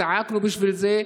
צעקנו בשביל זה,